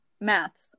Maths